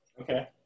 Okay